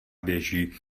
běží